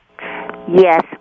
Yes